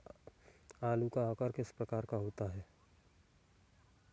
आलू का आकार किस प्रकार का होता है?